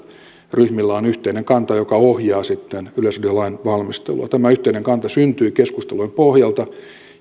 ryhmillä on yhteinen kanta joka ohjaa sitten yleisradiolain valmistelua tämä yhteinen kanta syntyi keskustelujen pohjalta